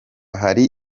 hari